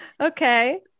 Okay